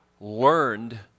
learned